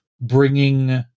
bringing